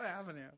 Avenue